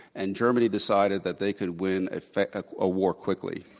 and germany decided that they could win a ah ah war quickly,